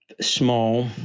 small